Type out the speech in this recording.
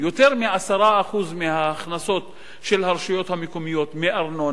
יותר מ-10% מההכנסות של הרשויות המקומיות מארנונה,